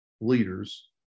leaders